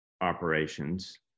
operations